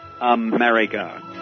America